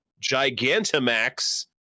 Gigantamax